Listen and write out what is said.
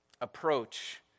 approach